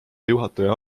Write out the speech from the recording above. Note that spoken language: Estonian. juhataja